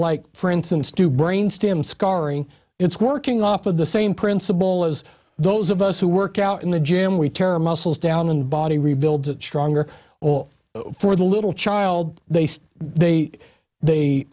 like for instance to brain stem scarring it's working off of the same principle as those of us who work out in the gym we tear muscles down and body rebuild stronger or for the little child they say they